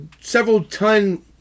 several-ton